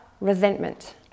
resentment